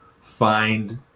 find